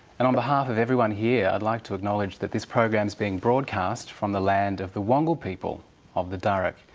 and on behalf of everyone here, i'd like to acknowledge that this program is being broadcast from the land of the wangal people of the darug,